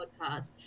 podcast